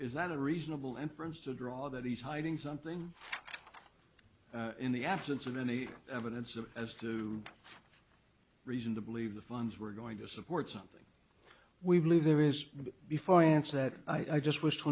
is that a reasonable inference to draw that he's hiding something in the absence of any evidence of as to reason to believe the funds were going to support something we believe there is before i answer that i just wish to